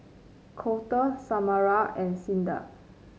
Colter Samara and Cinda